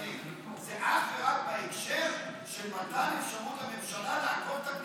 זה אך ורק בהקשר של מתן אפשרות לממשלה לעקוף את הכנסת.